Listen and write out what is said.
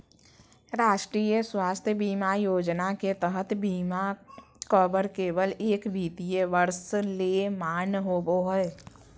राष्ट्रीय स्वास्थ्य बीमा योजना के तहत बीमा कवर केवल एक वित्तीय वर्ष ले मान्य होबो हय